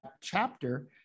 chapter